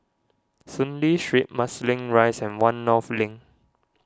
Soon Lee Street Marsiling Rise and one North Link